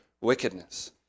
wickedness